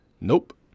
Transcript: Nope